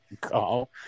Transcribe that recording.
call